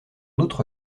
autre